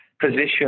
position